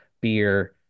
beer